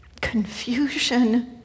confusion